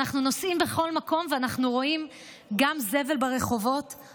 אנחנו נוסעים בכל מקום ואנחנו רואים גם זבל ברחובות,